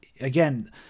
again